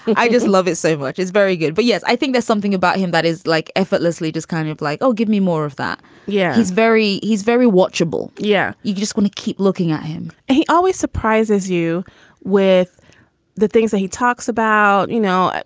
i just love it so much. it's very good. but yes, i think there's something about him that is like effortlessly just kind of like, oh, give me more of that yeah. he's very he's very watchable. yeah. you just got to keep looking at him he always surprises you with the things that he talks about, about, you know.